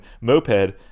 moped